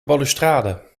balustrade